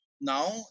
Now